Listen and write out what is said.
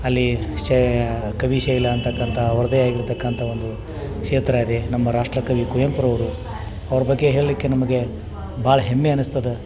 ಅಲ್ಲಿ ಶೇ ಕವಿಶೈಲ ಅಂತಕ್ಕಂಥ ಅವ್ರದ್ದೇ ಆಗಿರತಕ್ಕಂಥ ಒಂದು ಕ್ಷೇತ್ರ ಇದೆ ನಮ್ಮ ರಾಷ್ಟ್ರಕವಿ ಕುವೆಂಪುರವ್ರು ಅವ್ರ ಬಗ್ಗೆ ಹೇಳಲಿಕ್ಕೆ ನಮಗೆ ಭಾಳ ಹೆಮ್ಮೆ ಅನ್ನಿಸ್ತದ